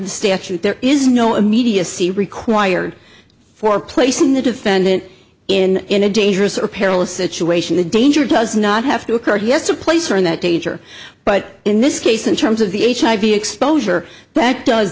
the statute there is no immediacy required for placing the defendant in in a dangerous or perilous situation the danger does not have to occur or he has a place or in that danger but in this case in terms of the h i b exposure that does